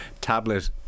tablet